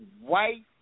white